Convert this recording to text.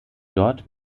dort